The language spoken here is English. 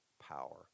power